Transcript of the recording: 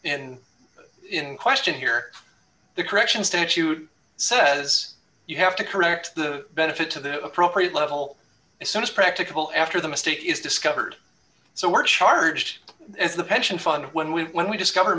in in question here the correction statute says you have to correct the benefit to the appropriate level as soon as practicable after the mistake is discovered so we're charged as the pension fund when we when we discover